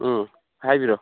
ꯎꯝ ꯍꯥꯏꯕꯤꯔꯣ